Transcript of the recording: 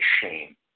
shame